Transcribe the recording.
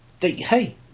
hey